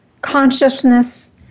consciousness